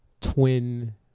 twin